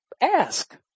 ask